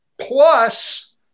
plus